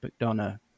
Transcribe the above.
McDonough